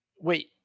Wait